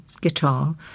guitar